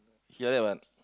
he like that one